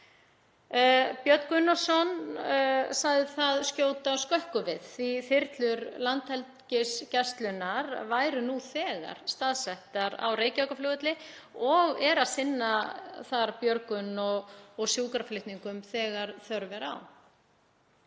Björn Gunnarsson sagði það skjóta skökku við því að þyrlur Landhelgisgæslunnar væru nú þegar staðsettar á Reykjavíkurflugvelli og sinna þar björgun og sjúkraflutningum þegar þörf er á.